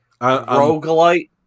roguelite